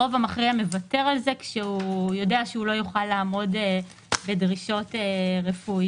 הרוב המכריע מוותר על זה כשהוא יודע שהוא לא יוכל לעמוד בדרישות רפואיות